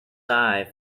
eye